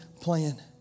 plan